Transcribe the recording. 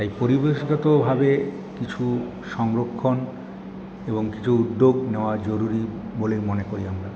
তাই পরিবেশগতভাবে কিছু সংরক্ষণ এবং কিছু উদ্যোগ নেওয়া জরুরি বলে মনে করি আমরা